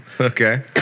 Okay